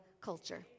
culture